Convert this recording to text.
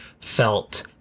felt